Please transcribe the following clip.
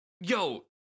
Yo